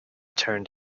turned